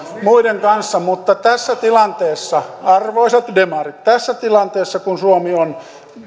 muiden kanssa mutta tässä tilanteessa arvoisat demarit tässä tilanteessa kun suomi on